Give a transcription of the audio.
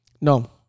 No